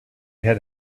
had